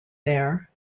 there